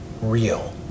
real